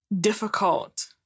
difficult